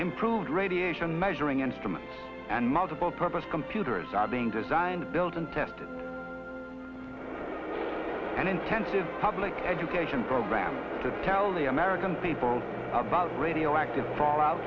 improved radiation measuring instruments and multiple purpose computers are being designed built and tested and intensive public education programs that tell the american people about radioactive fallout